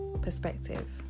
perspective